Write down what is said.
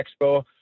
Expo